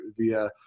via